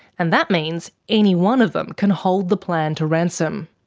and that means any one of them can hold the plan to ransom.